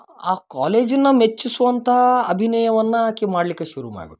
ಆ ಕಾಲೇಜಿನ ಮೆಚ್ಚಿಸುವಂಥ ಅಭಿನಯವನ್ನ ಆಕಿ ಮಾಡಲಿಕ್ಕೆ ಶುರು ಮಾಡ್ಬಿಟ್ಲು